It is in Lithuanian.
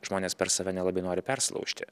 žmonės per save nelabai nori persilaužti